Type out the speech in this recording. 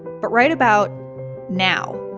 but right about now,